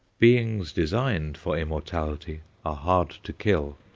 beings designed for immortality are hard to kill.